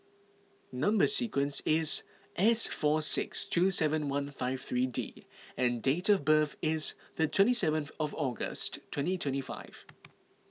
Number Sequence is S four six two seven one five three D and date of birth is the twenty seventh of August twenty twenty five